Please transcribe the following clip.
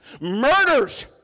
Murders